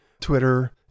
Twitter